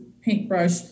paintbrush